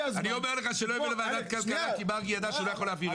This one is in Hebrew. כי מרגי ידע שהוא לא יכול להעביר את זה.